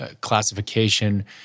classification